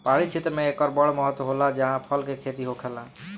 पहाड़ी क्षेत्र मे एकर बड़ महत्त्व होला जाहा फल के खेती होखेला